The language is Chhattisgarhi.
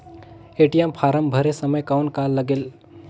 ए.टी.एम फारम भरे समय कौन का लगेल?